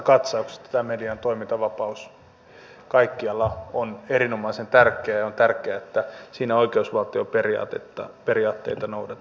tämä median toimintavapaus kaikkialla on erinomaisen tärkeä ja on tärkeää että siinä oikeusvaltioperiaatteita noudatetaan